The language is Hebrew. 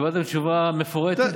קיבלתם תשובה מפורטת.